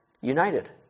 united